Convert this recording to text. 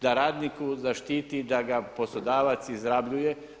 Da radnika zaštiti da ga poslodavac izrabljuje.